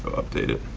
update it.